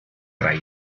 drei